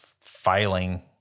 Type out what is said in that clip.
failing